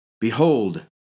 Behold